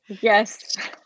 Yes